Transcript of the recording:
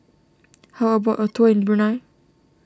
how about a tour in Brunei